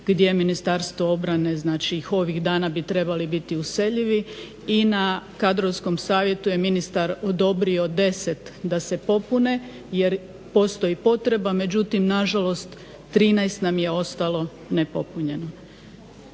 gdje Ministarstvo obrane ovih dana bi trebali biti useljivi i na kadrovskom savjetu je ministar odobrio 10 da se popune jer postoji potreba, međutim nažalost 13 nam je ostalo nepopunjeno.